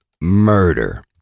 Murder